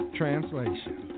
translation